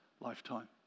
lifetime